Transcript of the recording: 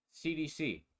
CDC